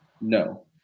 No